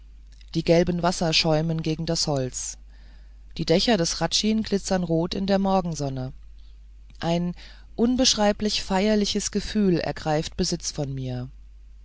die gelben wasser schäumen gegen das holz die dächer des hradschins glitzern rot in der morgensonne ein unbeschreiblich feierliches gefühl ergreift besitz von mir